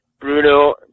Bruno